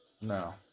No